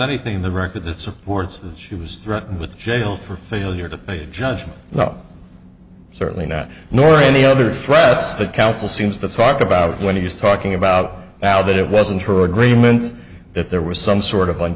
anything in the record that supports that she was threatened with jail for failure to pay a judgment certainly not nor any other threats the council seems to talk about when he's talking about now that it wasn't for agreement that there was some sort of li